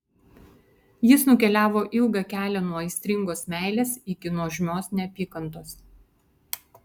jis nukeliavo ilgą kelią nuo aistringos meilės iki nuožmios neapykantos